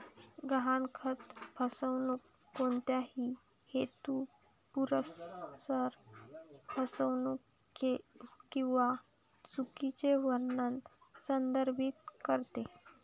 गहाणखत फसवणूक कोणत्याही हेतुपुरस्सर फसवणूक किंवा चुकीचे वर्णन संदर्भित करते